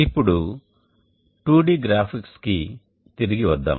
ఇప్పుడు 2D గ్రాఫిక్స్కు తిరిగి వద్దాం